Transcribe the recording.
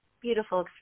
beautiful